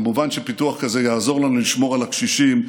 כמובן שפיתוח כזה יעזור לנו לשמור על הקשישים,